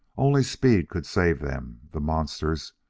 only speed could save them the monsters,